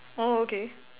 oh okay